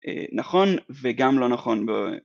נכון וגם לא נכון